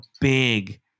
big